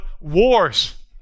wars